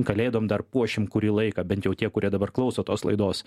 kalėdom dar puošim kurį laiką bent jau tie kurie dabar klauso tos laidos